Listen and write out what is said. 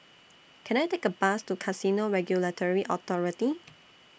Can I Take A Bus to Casino Regulatory Authority